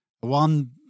one